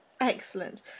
Excellent